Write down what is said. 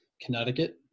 Connecticut